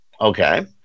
Okay